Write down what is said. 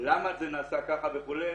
למה זה נעשה ככה וכו'